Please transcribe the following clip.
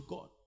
God